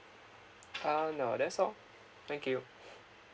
uh no that's all thank you